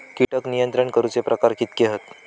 कीटक नियंत्रण करूचे प्रकार कितके हत?